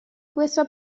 questa